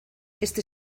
este